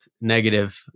negative